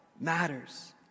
matters